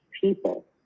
people